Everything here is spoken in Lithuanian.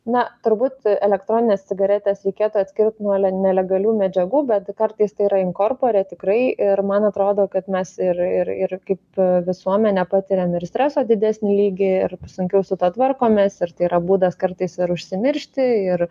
na turbūt elektronines cigaretes reikėtų atskirt nuo nelegalių medžiagų bet kartais tai yra inkorpore tikrai ir man atrodo kad mes ir ir ir kaip visuomenė patiriam ir streso didesnį lygį ir sunkiau su tuo tvarkomės ir tai yra būdas kartais ir užsimiršti ir